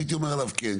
שהייתי אומר עליו כן.